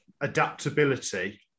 adaptability